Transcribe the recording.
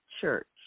church